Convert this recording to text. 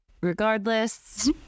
regardless